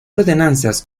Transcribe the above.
ordenanzas